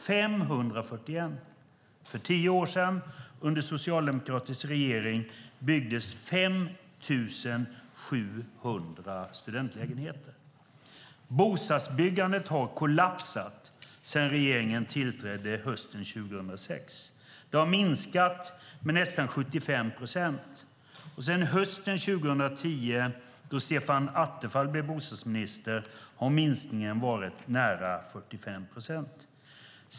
För tio år sedan, under socialdemokratisk regering, byggdes 5 700 studentlägenheter. Bostadsbyggandet har kollapsat sedan regeringen tillträdde hösten 2006. Det har minskat med nästan 75 procent. Sedan hösten 2010, då Stefan Attefall blev bostadsminister, har minskningen varit nära 45 procent.